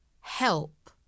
HELP